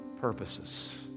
purposes